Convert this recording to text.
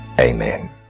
amen